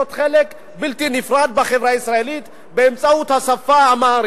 חלק בלתי נפרד מהחברה הישראלית באמצעות השפה האמהרית.